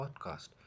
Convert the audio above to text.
podcast